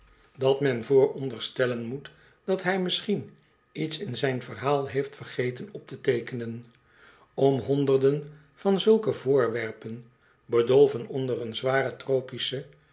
dat men vooronderstellen moet dat hij misschien iets in zijn verhaal heeft vergeten op te teekenen om honderden van zulke voorwerpen bedolven onder een zwaren tropischen